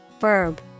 verb